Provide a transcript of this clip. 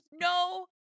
no